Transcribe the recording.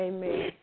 Amen